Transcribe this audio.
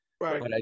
right